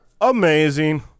Amazing